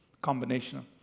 Combination